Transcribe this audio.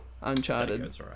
Uncharted